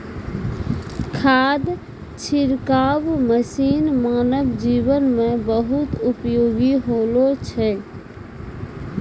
खाद छिड़काव मसीन मानव जीवन म बहुत उपयोगी होलो छै